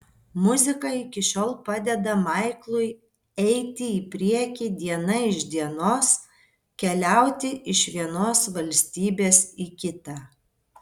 muzika iki šiol padeda maiklui eiti į priekį diena iš dienos keliauti iš vienos valstybės į kitą